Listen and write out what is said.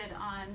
on